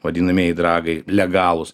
vadinamieji dragai legalūs